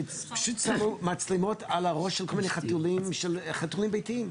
שפשוט שמו מצלמות על הראש של חתולים ביתיים.